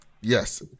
Yes